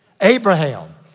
Abraham